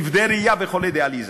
לכבדי ראייה וחולי דיאליזה.